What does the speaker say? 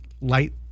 light